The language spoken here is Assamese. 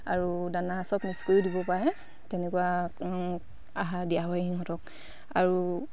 আৰু দানা চব মিক্স কৰিও দিব পাৰে তেনেকুৱা আহাৰ দিয়া হয় সিহঁতক আৰু